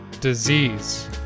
Disease